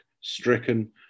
stricken